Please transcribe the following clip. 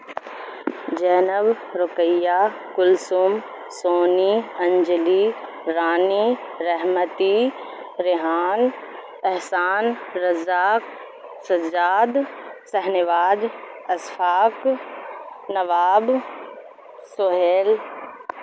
Zainab Ruqaiya Kulsum Soni Anjali Rani Rahmati Rehan Ehsan Razzaq Sajjad Shahnawaz Ashfaq Nawab Sohail